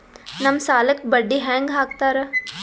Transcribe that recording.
ನಮ್ ಸಾಲಕ್ ಬಡ್ಡಿ ಹ್ಯಾಂಗ ಹಾಕ್ತಾರ?